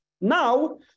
Now